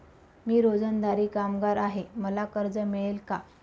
मी रोजंदारी कामगार आहे मला कर्ज मिळेल का?